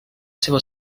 seva